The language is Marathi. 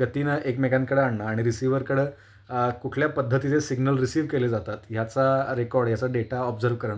गतीनं एकमेकांकडं आणणं आणि रिसिवरकडं कुठल्या पद्धतीचे सिग्नल रिसीव केले जातात ह्याचा रेकॉर्ड याचा डेटा ऑबजझर्व करणं